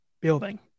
building